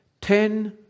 Ten